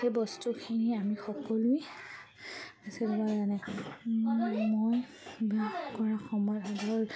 সেই বস্তুখিনি আমি সকলোৱে সাচিলোঁ আৰু এনেকৈ মই বাস কৰা সময়ত হ'ল